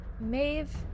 Maeve